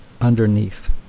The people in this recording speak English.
underneath